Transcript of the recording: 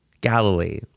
Galilee